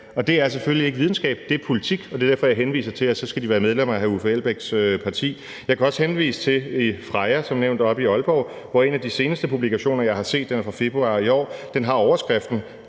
dag? Det er selvfølgelig ikke videnskab. Det er politik. Og det er derfor, at jeg henviser til, at så skal de være medlemmer af hr. Uffe Elbæks parti. Jeg kan som nævnt også henvise til FREIA oppe i Aalborg, hvor en af de seneste publikationer, jeg har set – den er fra februar i år – har overskriften